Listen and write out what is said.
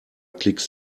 klicks